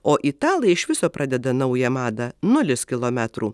o italai iš viso pradeda naują madą nulis kilometrų